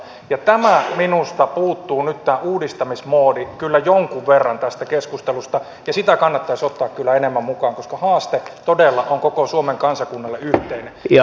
tämä minusta puuttuu nyt tämä uudistamismoodi kyllä jonkun verran tästä keskustelusta ja sitä kannattaisi ottaa kyllä enemmän mukaan koska haaste todella on koko suomen kansakunnalle yhteinen ja